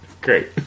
Great